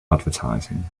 advertising